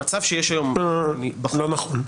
המצב שיש היום בחוק --- לא נכון.